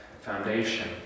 foundation